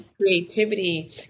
creativity